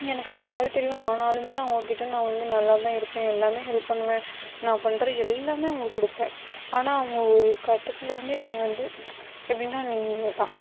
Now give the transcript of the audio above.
எனக்கு அது நல்லாவே தெரியும் ஆனாலும் அவங்ககிட்ட நான் வந்து நல்லாதான் இருப்பேன் எல்லாமே ஹெல்ப் பண்ணுவேன் நான் பண்ணுற எல்லாமே அவர்களுக்கு கொடுப்பேன் ஆனால் அவங்க ஒரு கட்டத்தில் வந்து என்னைய வந்து எப்படின்னா நீ இவ்வளோ தான்